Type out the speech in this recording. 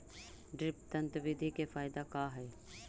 Drip तन्त्र बिधि के फायदा का है?